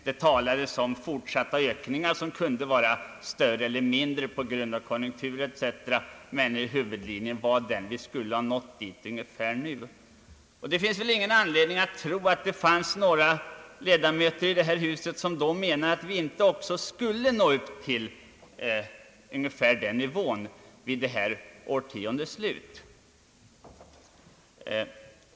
Det talades om fortsatta ökningar, som kunde vara större eller mindre beroende på konjunktur ete, Det finns ingen anledning att tro att det fanns några ledamöter i detta hus som då menade att vi inte skulle nå ungefär till enprocentsnivån vid detta årtiondes slut.